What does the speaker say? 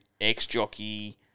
ex-jockey